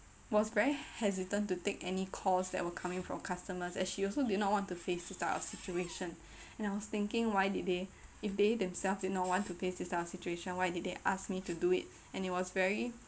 was very hesitant to take any calls that were coming from customers as she also did not want to face this type of situation and I was thinking why did they if they themself did not want to face this type of situation why did they ask me to do it and it was very